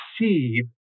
receive